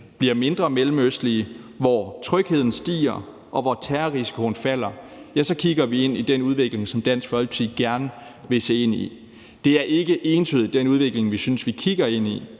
bliver mindre mellemøstlige, hvor trygheden stiger, og hvor terrorrisikoen falder, kigger vi ind i den udvikling, som Dansk Folkeparti gerne vil se ind i. Det er ikke entydigt den udvikling, vi synes vi kigger ind i,